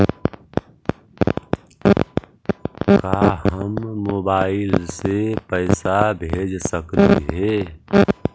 का हम मोबाईल से पैसा भेज सकली हे?